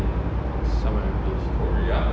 somewhere